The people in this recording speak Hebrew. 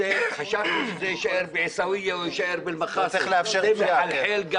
חשבתם שזה יישאר בעיסאוויה או יישאר ב --- זה מחלחל גם